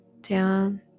down